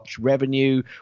revenue